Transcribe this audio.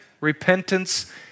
repentance